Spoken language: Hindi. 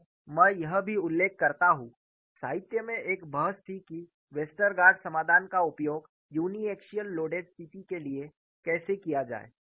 और मैं यह भी उल्लेख करता हूं साहित्य में एक बहस थी कि वेस्टरगार्ड समाधान का उपयोग यूनिएक्सियल लोडेड स्थिति के लिए कैसे किया जाए